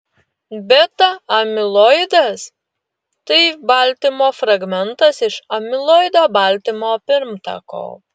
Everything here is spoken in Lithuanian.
beta amiloidas tai baltymo fragmentas iš amiloido baltymo pirmtako